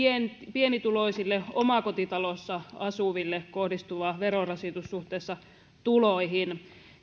pienituloisille omakotitalossa asuville kohdistuva verorasitus suhteessa tuloihin